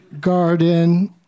garden